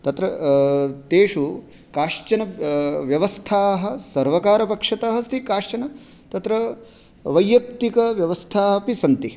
तत्र तेषु काश्चन व्यवस्थाः सर्वकारपक्षतः अस्ति काश्चन् तत्र वैयक्तिक व्यवस्थापि सन्ति